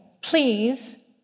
Please